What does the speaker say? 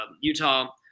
Utah